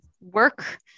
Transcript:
work